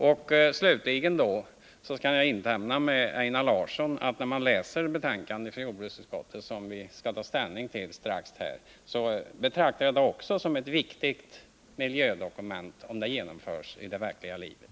Jag kan slutligen instämma med Einar Larsson i att jordbruksutskottets betänkande nr 40 kan betraktas som ett viktigt miljödokument, om de tankar som där redovisas också kommer att bli genomförda i praktiken.